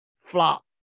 Flop